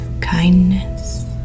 kindness